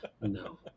No